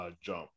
jump